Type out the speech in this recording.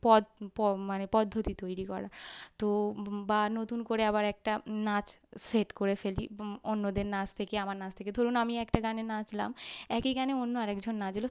পদ প মানে পদ্ধতি তৈরি করার তো বা নতুন করে আবার একটা নাচ সেট করে ফেলি অন্যদের নাচ থেকে আমার নাচ থেকে ধরুন আমি একটা গানে নাচলাম একই গানে অন্য আরেকজন নাচল